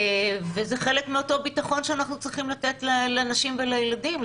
זה חלק מאותו ביטחון שאנחנו צריכים לתת לנשים ולילדים,